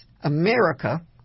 America